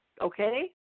okay